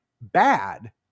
bad